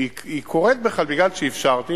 היא קורית בכלל בגלל שאפשרתי,